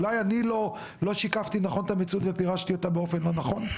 אולי אני לא שיקפתי נכון את המציאות ופירשתי אותה באופן לא נכון?